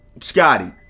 Scotty